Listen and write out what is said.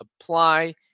apply